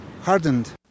hardened